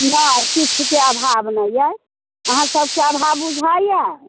नहि किछुके अभाव नहि अइ अहाँ सबकेँ अभाव बुझाइया